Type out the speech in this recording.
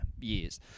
years